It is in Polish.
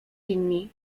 inni